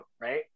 right